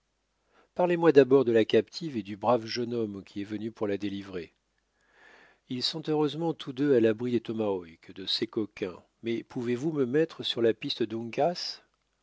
parlez-moi d'abord de la captive et du brave jeune homme qui est venu pour la délivrer ils sont heureusement tous deux à l'abri des tomahawks de ces coquins mais pouvez-vous me mettre sur la piste